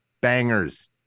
bangers